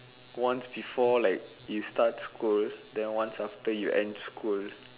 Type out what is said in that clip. once before like you start school then one after you end school